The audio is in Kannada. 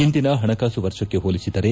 ಒಂದಿನ ಪಣಕಾಸು ವರ್ಷಕ್ಕೆ ಪೋಲಿಸಿದರೆ